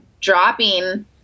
dropping –